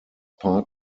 part